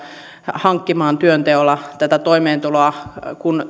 hankkimaan työnteolla toimeentuloa kun